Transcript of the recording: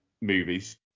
movies